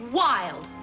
wild